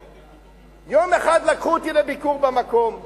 יום אחד לקחו אותי לביקור במקום,